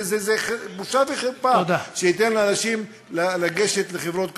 זה בושה וחרפה שייתן לאנשים לגשת לחברות כוח-אדם.